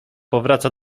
powraca